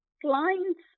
clients